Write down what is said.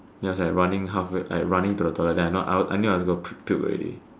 then I was like running halfway I running to the toilet then I know I would I knew I was gonna pu~ puke already